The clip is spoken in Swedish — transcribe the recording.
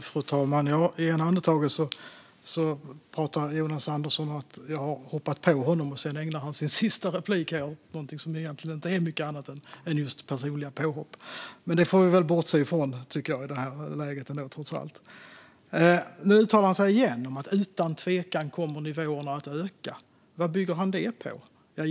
Fru talman! I det ena andetaget pratar Jonas Andersson i Skellefteå om att jag har hoppat på honom, och sedan ägnar han sitt sista inlägg åt någonting som inte är mycket annat än just personliga påhopp. Det får vi trots allt bortse från i det här läget, tycker jag. Nu uttalar sig Jonas Andersson återigen om att nivåerna utan tvekan kommer att öka. Vad bygger han det på?